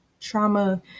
Trauma